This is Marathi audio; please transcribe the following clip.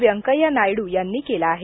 व्यंकय्या नायडू यांनी केला आहे